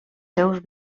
seus